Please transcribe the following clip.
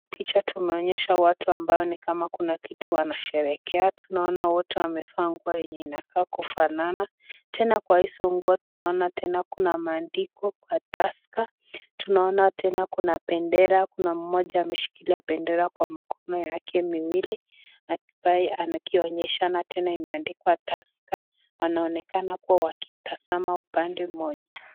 picha tumeaonyeshwa watu ambayo nikama kuna kitu wanasherehekea tunaona wote wameva nguo yenye inaonekana kufanana, tena kwa hizo nguo tunaona tena kuna maandiko wa tusker tunaona tena kuna bendera kuna moja ameshikilia bendera kwa mkono yake miwili na ambaye anakionyeshana tena imeaandikwa tusker wanaonekana wakitazama upande moja.